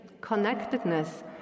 connectedness